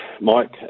Mike